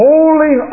Holy